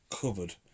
covered